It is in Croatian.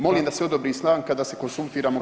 Molim da se odobri stanka da se konzultiramo